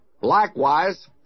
Likewise